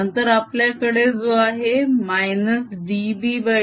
नंतर आपल्याकडे जो आहे -dBdt